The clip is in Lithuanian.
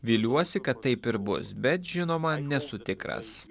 viliuosi kad taip ir bus bet žinoma nesu tikras